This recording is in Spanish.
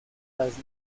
las